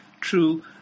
True